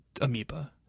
amoeba